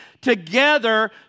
together